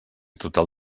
total